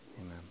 Amen